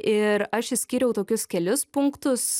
ir aš išskyriau tokius kelis punktus